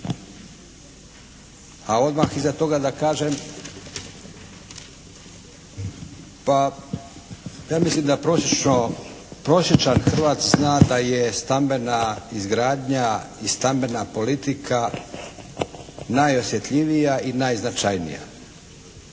A odmah iza toga da kažem pa ja mislim da prosječno, prosječan Hrvat zna da je stambena izgradnja i stambena politika najosjetljivija i najznačajnija.